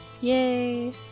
Yay